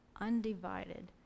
undivided